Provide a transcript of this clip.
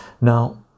Now